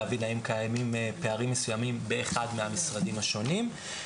כדי להבין האם קיימים איזה שהם פערים מסוימים באחד מהמשרדים השונים.